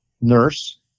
nurse